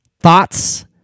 thoughts